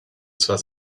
zwar